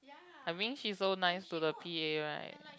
I mean she's so nice to the P_A right